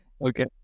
Okay